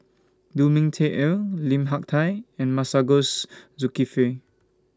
Lu Ming Teh Earl Lim Hak Tai and Masagos Zulkifli